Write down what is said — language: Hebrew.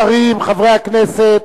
השרים, חברי הכנסת.